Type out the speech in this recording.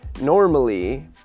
normally